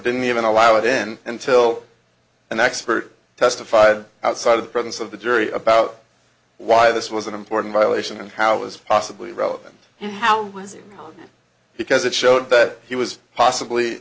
didn't even allow it in until an expert testified outside of the presence of the jury about why this was an important violation and how it was possibly relevant and how was it because it showed that he was possibly